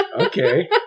Okay